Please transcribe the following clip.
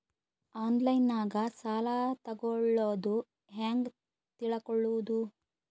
ಆನ್ಲೈನಾಗ ಸಾಲ ತಗೊಳ್ಳೋದು ಹ್ಯಾಂಗ್ ತಿಳಕೊಳ್ಳುವುದು?